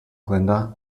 glinda